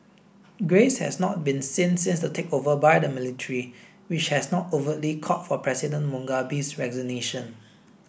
grace has not been seen since the takeover by the military which has not overtly called for President Mugabe's resignation